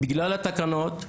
בגלל התקנות,